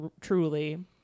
truly